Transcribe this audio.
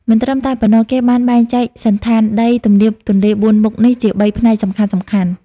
មិនត្រឹមតែប៉ុណ្ណោះ គេបានបែងចែកសណ្ឋានដីទំនាបទន្លេបួនមុខនេះជា ៣ ផ្នែកសំខាន់ៗ។